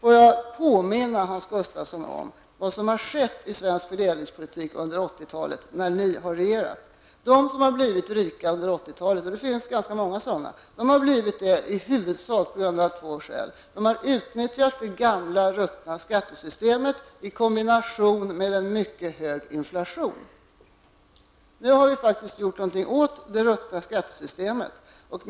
Jag vill påminna Hans Gustafsson om vad som har skett i svensk fördelningspolitik under 80-talet, när ni har regerat. De som har blivit rika under 80-talet -- och det finns ganska många sådana personer -- har i huvudsak blivit detta av två skäl. De har utnyttjat det gamla ruttna skattesystemet i kombination med en mycket hög inflation. Nu har vi faktiskt någonting åt det ruttna skattesystemet.